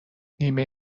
نیمه